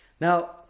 Now